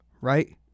right